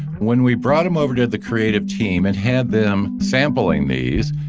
when we brought them over to the creative team and had them sampling these,